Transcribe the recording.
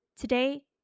Today